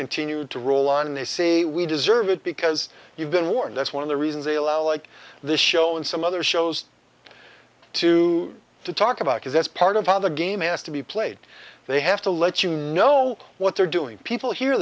continue to roll on and they say we deserve it because you've been warned that's one of the reasons they allow like this show and some other shows to talk about because that's part of how the game has to be played they have to let you know what they're doing people hear